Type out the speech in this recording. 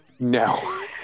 No